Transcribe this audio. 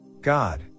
God